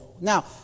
Now